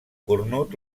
cornut